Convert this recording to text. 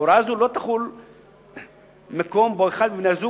הוראה זו לא תחול במקום שבו אחד מבני-הזוג